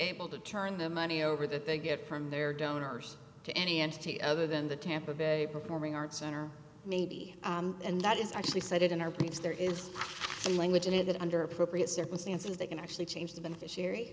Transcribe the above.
able to turn the money over that they get from their donors to any entity other than the tampa bay performing arts center maybe and that is actually cited in our piece there is a language in it that under appropriate circumstances they can actually change the beneficiary